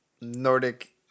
Nordic